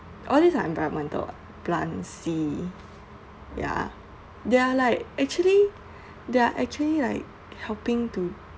all these are environmental lah plant sea ya they are like actually they're actually like helping to